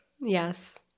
Yes